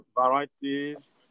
varieties